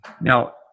Now